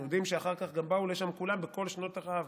אתם יודעים שאחר כך גם באו לשם כולם בכל שנות הרעב.